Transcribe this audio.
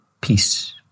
peace